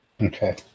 Okay